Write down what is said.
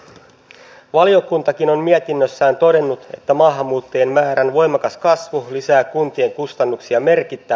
siitä mikä on mietinnössään todennut että maahanmuuttajien määrän voimakas kasvu lisää kuntien kustannuksia merkitä